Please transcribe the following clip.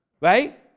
right